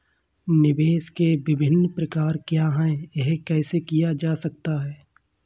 निवेश के विभिन्न प्रकार क्या हैं यह कैसे किया जा सकता है?